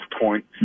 point